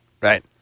Right